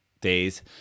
days